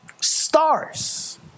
Stars